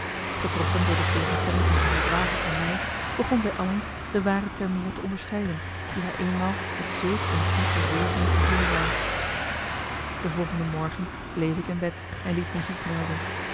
getroffen door de tegenstelling tusschen haar zwager en mij begon zij allengs de ware termeer te onderscheiden die haar eenmaal met zulk een diepe weerzin vervullen zou de volgende morgen bleef ik in bed en liet me ziek melden